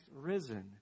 risen